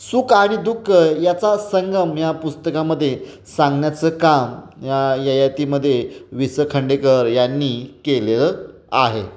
सुख आणि दुःख याचा संगम या पुस्तकामध्ये सांगण्याचं काम या ययातीमध्ये वि स खांडेकर यांनी केलेलं आहे